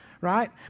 right